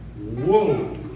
Whoa